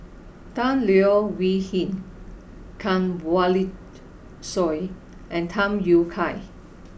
Tan Leo Wee Hin Kanwaljit Soin and Tham Yui Kai